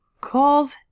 ...calls